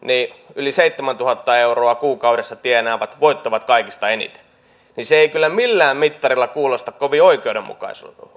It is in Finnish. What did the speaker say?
yli seitsemäntuhatta euroa kuukaudessa tienaavat voittavat kaikista eniten se ei kyllä millään mittarilla kuulosta kovin oikeudenmukaiselta